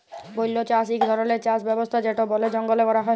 বল্য চাষ ইক ধরলের চাষ ব্যবস্থা যেট বলে জঙ্গলে ক্যরা হ্যয়